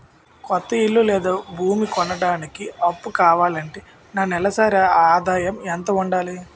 కొత్త ఇల్లు లేదా భూమి కొనడానికి అప్పు కావాలి అంటే నా నెలసరి ఆదాయం ఎంత ఉండాలి?